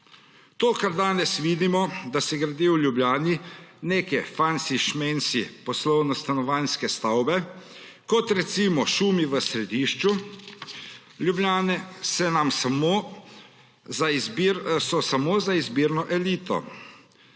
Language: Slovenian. To, kar danes vidimo, da se gradi v Ljubljani, neke fensi šmensi poslovno-stanovanjske stavbe kot recimo Šumi v središču Ljubljane, je samo za izbrano elito,